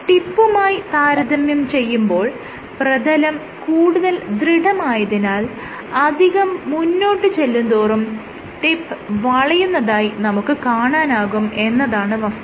ടിപ്പുമായി താരതമ്യം ചെയ്യുമ്പോൾ പ്രതലം കൂടുതൽ ദൃഢമായതിനാൽ അധികം മുന്നോട്ട് ചെല്ലുന്തോറും ടിപ്പ് വളയുന്നതായി നമുക്ക് കാണാനാകും എന്നതാണ് വസ്തുത